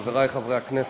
חברי חברי הכנסת,